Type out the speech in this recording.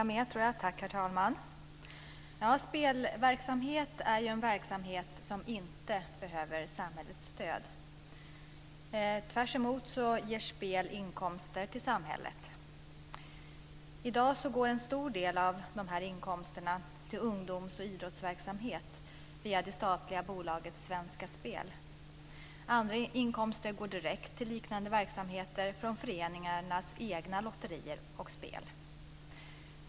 Herr talman! Spelverksamhet är en verksamhet som inte behöver samhällets stöd - tvärtom ger spel inkomster till samhället. I dag går en stor del av dessa inkomster till ungdoms och idrottsverksamhet via det statliga bolaget Svenska Spel AB. Andra inkomster går direkt till liknande verksamheter från föreningarnas egna lotterier och spel.